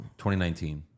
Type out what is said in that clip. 2019